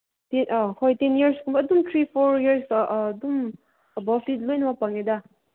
ꯑꯧ ꯍꯣꯏ ꯇꯦꯟ ꯏꯌꯔꯁꯀꯨꯝꯕ ꯑꯗꯨꯝ ꯊ꯭ꯔꯤ ꯐꯣꯔ ꯏꯌꯔꯁꯇ ꯑꯗꯨꯝ ꯑꯥꯕꯐꯇꯤ ꯂꯣꯏꯅꯃꯛ ꯐꯪꯉꯤꯗ